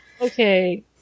Okay